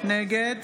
נגד